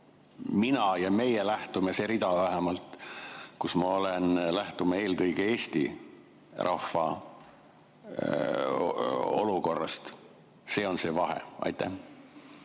mina ja meie, see rida vähemalt, kus ma olen, lähtume eelkõige Eesti rahva olukorrast. See on see vahe. Hea